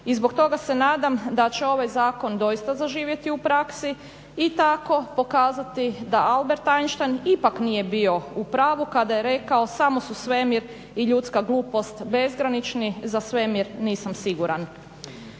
i zbog toga se nadam da će ovaj zakon doista zaživjeti u praksi i tako pokazati da Albert Einstein ipak nije bio u pravu kada je rekao "samo su svemir i ljudska glupost bezgranični, za svemir nisam siguran".